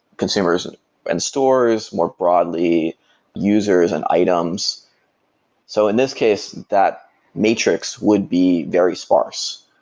consumers and and stores, more broadly users and items so in this case, that matrix would be very sparse.